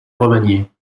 remaniée